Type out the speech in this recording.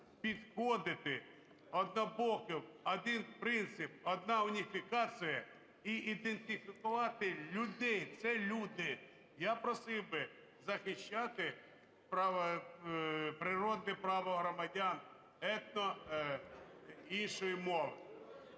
підходити однобоко. Один принцип, одна уніфікація і ідентифікувати людей, це люди. Я просив би захищати право, природне право, громадянетно іншої мови.